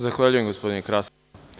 Zahvaljujem gospodine Krasiću.